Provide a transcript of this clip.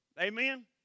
Amen